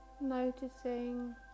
noticing